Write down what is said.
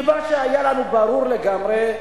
ומה שהיה לנו ברור לגמרי: